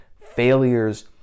failures